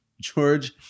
George